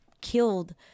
killed